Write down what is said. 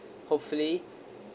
hopefully